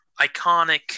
iconic